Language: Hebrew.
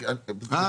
בבקשה,